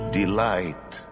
delight